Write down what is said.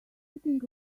putting